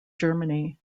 germany